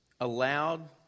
allowed